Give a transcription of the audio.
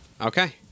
Okay